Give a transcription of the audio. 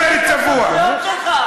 אדוני ראש הממשלה.